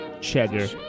Cheddar